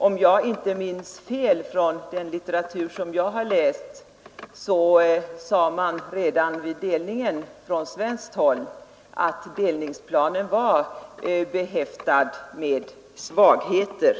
Om jag inte minns fel från den litteratur som jag har läst sade man från svenskt håll redan vid delningen att delningsplanen var behäftad med svagheter.